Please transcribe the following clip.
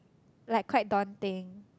like quite daunting